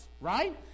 right